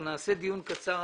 אנחנו נקיים דיון קצר.